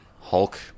Hulk